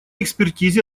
экспертизе